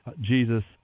Jesus